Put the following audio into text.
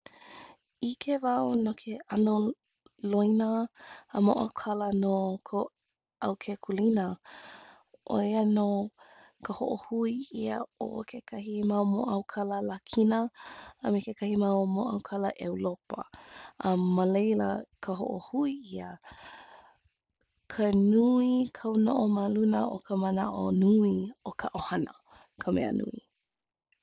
ʻIke wau no ke ʻano loina, mōʻaukala no ʻAukekulina ʻo ia nō ka hoʻohui ʻana i kekahi mau mōʻaukala Lākina a me kekahi mōʻaukala ʻEulopa. A ma laila ka hoʻohui ʻia, ka nui kaunoʻo ma luna o ka manaʻo nui "o ka ʻohana ka mea nui".